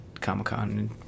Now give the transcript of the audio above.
Comic-Con